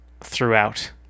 throughout